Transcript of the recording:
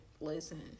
Listen